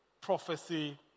Prophecy